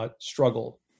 Struggle